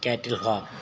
cattle home